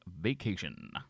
Vacation